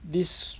this